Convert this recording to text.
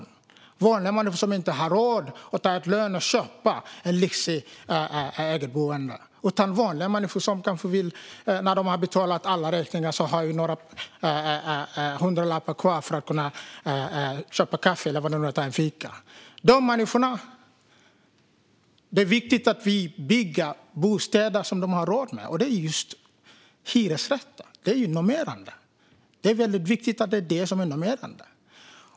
Det är vanliga människor som inte har råd att ta lån och köpa ett lyxigt boende. Det är vanliga människor som när de har betalat alla räkningar kanske har några hundralappar kvar för att ta en fika. Det är viktigt att vi bygger bostäder som de människorna har råd med, och det är just hyresrätter. Det är väldigt viktigt att det är det som är normerande.